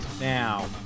now